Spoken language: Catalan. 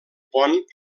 pont